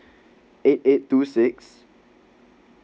eight eight two six